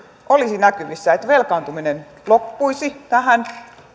olisi näkyvissä että velkaantuminen loppuisi tähän